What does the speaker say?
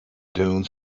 dune